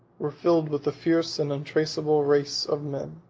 were filled with a fierce and untractable race of men,